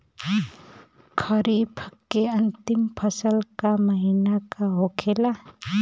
खरीफ के अंतिम फसल का महीना का होखेला?